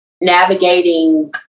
Navigating